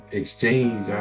exchange